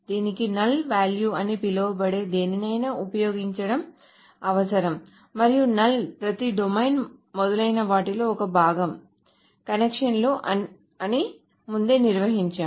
దీనికి null value అని పిలువబడే దేనినైనా ఉపయోగించడం అవసరం మరియు null ప్రతి డొమైన్ మొదలైన వాటిలో ఒక భాగం కనెక్షన్లో అని ముందే నిర్వచించాము